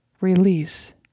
release